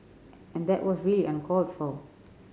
and that was really uncalled for